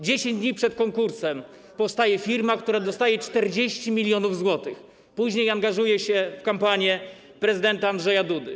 10 dni przed konkursem powstaje firma, która dostaje 40 mln zł, a później angażuje się w kampanię prezydenta Andrzeja Dudy.